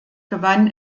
gewann